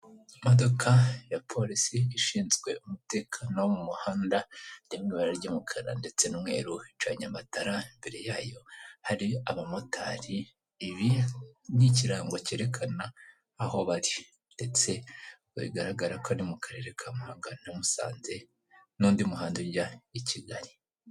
Imodoka ya polisi ishinzwe umutekano wo mu muhanda, iri mu ibara ry'umukara ndetse n'umweru icanye amatara. Imbere yayo hari abamotari, ibi ni ikirango cyerekana aho bari; ndetse ubwo bigaragara ko ari mu karere ka Muhanga na Musanze n'undi muhanda ujya i Kigali.